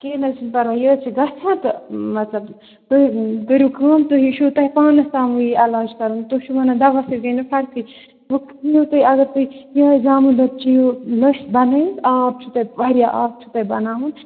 کیٚنٛہہ نہٕ حظ چھُنہٕ پَرواے یہِ حظ چھِ گژھان تہٕ مطلب تُہۍ کٔرِو کٲم تُہۍ یہِ چھِو تۄہہِ پانَس تامٕے یہِ علاج کَرُن تُہۍ چھِو وَنان دَواہَس سۭتۍ گٔے نہٕ فرقٕے وۄنۍ تُہۍ اگر تُہۍ یِہٕے زامُت دۄد چیٚیو لٔسۍ بَنٲیِتھ آب چھُو تۄہہِ واریاہ آب چھُو تۄہہِ بَناوُن